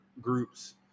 groups